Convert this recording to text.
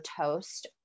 toast